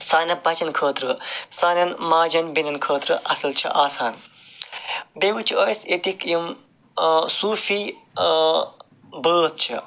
سانٮ۪ن بَچَن خٲطرٕ سانٮ۪ن ماجَن بیٚنٮ۪ن خٲطرٕ اَصٕل چھِ آسان بیٚیہِ وٕچھو أسۍ ییٚتِکۍ یِم صوٗفی بٲتھ چھِ